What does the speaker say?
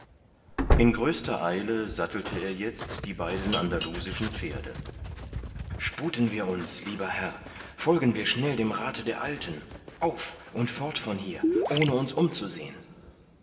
in größter eile sattelte er jetzt die beiden andalusischen pferde sputen wir uns lieber herr folgen wir schnell dem rathe der alten auf und fort von hier ohne uns umzusehen